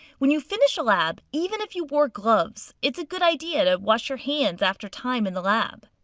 when you finish a lab, even if you wore gloves, it's a good idea to wash your hands after time in the lab.